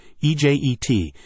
EJET